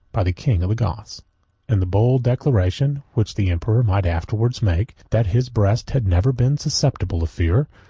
by the king of the goths and the bold declaration, which the emperor might afterwards make, that his breast had never been susceptible of fear,